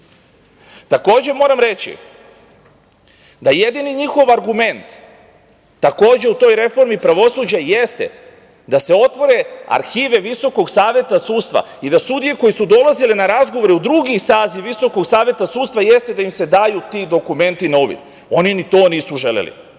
moram reći, da jedini njihov argument takođe u toj reformi pravosuđa jeste da se otvore arhive Visokog saveta sudstva i da su sudije koje su dolazile na razgovore u drugi saziv Visokog saveta sudstva jeste da im se daju ti dokumenti na uvid. Oni ni to nisu želeli.